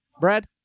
Brad